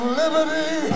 liberty